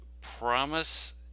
promise